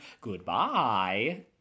Goodbye